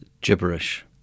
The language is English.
gibberish